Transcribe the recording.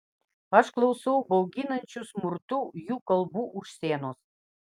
aš klausau bauginančių smurtu jų kalbų už sienos